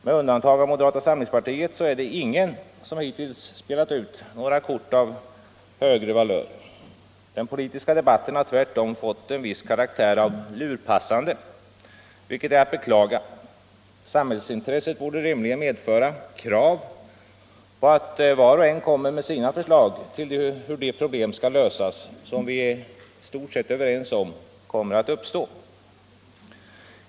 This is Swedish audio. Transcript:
Med undantag av moderata samlingspartiet är det ingen som hittills spelat ut några kort av högre valör. Den politiska debatten har tvärtom fått en viss karaktär av lurpassande, vilket är att beklaga. Samhällsintresset borde rimligen medföra krav på att var och en kommer med sina förslag till hur de problem skall lösas som vi i stort sett är överens om kommer att uppstå.